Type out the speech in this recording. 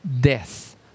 Death